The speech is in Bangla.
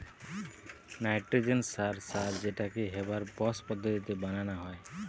নাইট্রজেন সার সার যেটাকে হেবার বস পদ্ধতিতে বানানা হয়